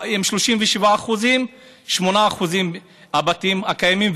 אם הם 37% 8% הבתים הקיימים,